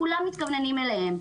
כולם מתכווננים אליהן,